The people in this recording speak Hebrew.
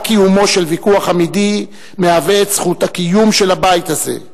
רק קיומו של ויכוח אמיתי מהווה את זכות הקיום של הבית הזה,